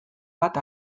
bat